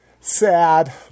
sad